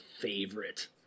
favorite